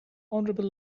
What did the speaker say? honorable